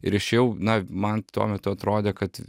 ir išėjau na man tuo metu atrodė kad